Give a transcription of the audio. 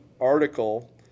article